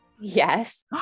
yes